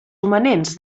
romanents